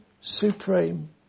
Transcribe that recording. supreme